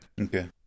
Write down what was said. Okay